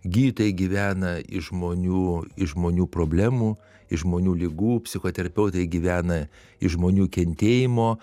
gydytojai gyvena iš žmonių iš žmonių problemų iš žmonių ligų psichoterapeutai gyvena iš žmonių kentėjimo